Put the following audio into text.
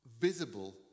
visible